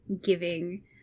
giving